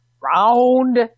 round